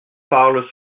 parle